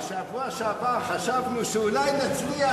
בשבוע שעבר חשבנו שאולי נצליח,